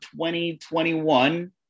2021